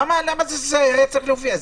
למה זה היה צריך להופיע?